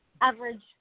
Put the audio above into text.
average